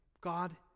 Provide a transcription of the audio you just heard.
God